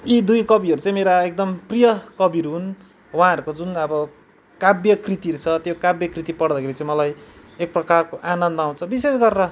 यी दुई कविहरू चाहिँ मेरा एकदम प्रिय कविहरू हुन् उहाँहरूको जुन अब काव्य कृतिहरू छ त्यो काव्य कृतिहरू छ त्यो काव्य कृति पढ्दाखेरि चाहिँ मलाई एक प्रकारको आनन्द आउँछ विशेष गरेर